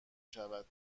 شود